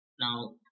Now